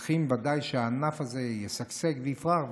שצריך ודאי שהענף הזה ישגשג ויפרח,